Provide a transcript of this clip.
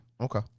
Okay